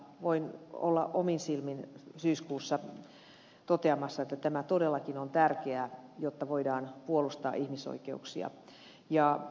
voin olla omin silmin syyskuussa toteamassa että tämä todellakin on tärkeää jotta voidaan puolustaa ihmisoikeuksia